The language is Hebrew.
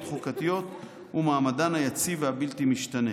חוקתיות הוא מעמדן היציב והבלתי-משתנה